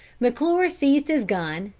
mcclure seized his gun,